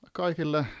kaikille